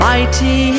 Mighty